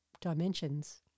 dimensions